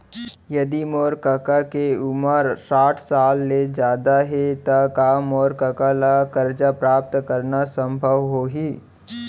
यदि मोर कका के उमर साठ साल ले जादा हे त का मोर कका ला कर्जा प्राप्त करना संभव होही